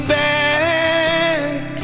back